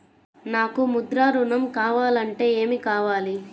నాకు ముద్ర ఋణం కావాలంటే ఏమి కావాలి?